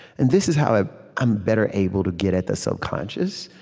and this is how ah i'm better able to get at the subconscious,